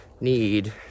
need